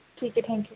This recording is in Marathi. ठीक आहे थँक्यू